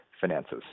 finances